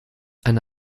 eine